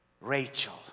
Rachel